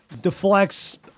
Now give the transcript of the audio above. deflects